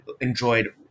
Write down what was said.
enjoyed